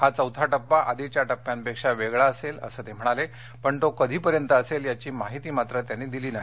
हा चौथा टप्पा आधीच्या टप्प्यांपेक्षा वेगळा असेल असं ते म्हणाले पण तो कधीपर्यंत असेल याची माहिती मात्र त्यांनी दिली नाही